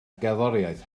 gerddoriaeth